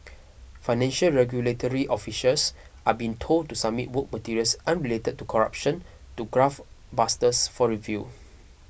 financial regulatory officials are being told to submit work materials unrelated to corruption to graft busters for review